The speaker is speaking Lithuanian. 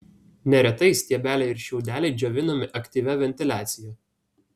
neretai stiebeliai ir šiaudeliai džiovinami aktyvia ventiliacija